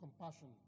compassion